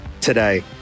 today